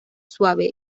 suave